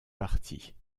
partie